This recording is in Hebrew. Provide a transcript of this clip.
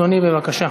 אדוני, בבקשה.